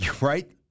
right